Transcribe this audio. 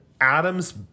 Adam's